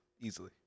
Easily